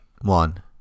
One